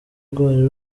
rwari